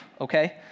okay